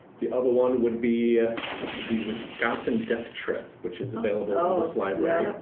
the other one would be the wisconsin death trip, which is available in this library.